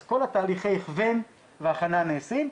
אז כל תהליכי ההכוון וההכנה נעשים.